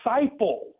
disciple